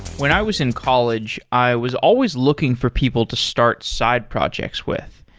when i was in college, i was always looking for people to start side projects with.